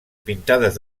pintades